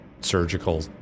surgical